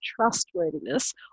trustworthiness